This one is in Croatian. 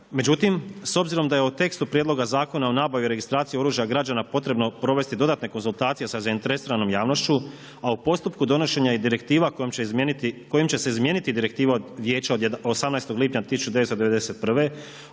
Međutim, s obzirom da je u tekstu Prijedloga Zakona o nabavi i registraciji oružja građana potrebno provesti dodatne konzultacije sa zainteresiranom javnošću, a u postupku donošenja i direktiva kojom će izmijeniti direktiva Vijeća od 18. lipnja 1991.